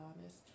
honest